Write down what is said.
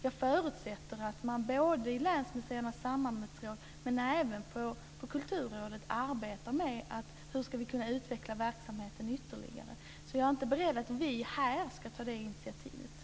Jag förutsätter att man både i Länsmuseernas samarbetsråd och i Kulturrådet arbetar med hur man ska kunna utveckla verksamheten ytterligare. Jag är inte beredd att säga att vi här ska ta det initiativet.